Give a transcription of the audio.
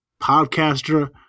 podcaster